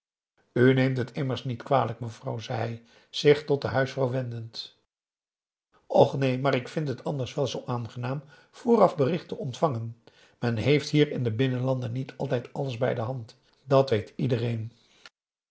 neemt het immers niet kwalijk mevrouw zei hij zich tot de huisvrouw wendend och neen maar ik vind het anders wel zoo aangenaam vooraf bericht te ontvangen men heeft hier in de binnenlanden niet altijd alles bij de hand dat weet iedereen